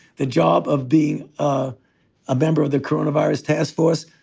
the job of being a ah member of the coronavirus task force.